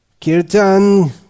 Kirtan